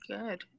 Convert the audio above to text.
Good